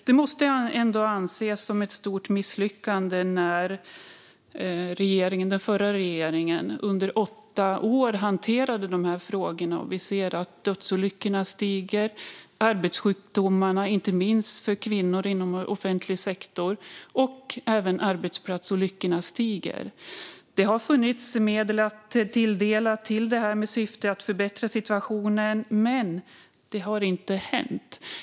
Det måste ändå anses som ett stort misslyckande när den förra regeringen under åtta år hanterade de här frågorna och vi ser att dödsolyckorna stiger och inte minst att arbetssjukdomarna för kvinnor inom offentlig sektor och även arbetsplatsolyckorna stiger. Det har funnits medel att tilldela till detta med syfte att förbättra situationen, men det har inte hänt.